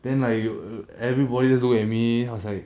then like 有有 everybody just look at me I was like